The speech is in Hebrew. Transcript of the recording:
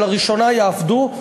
שלראשונה יעבדו,